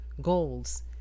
goals